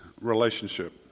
relationship